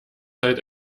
halt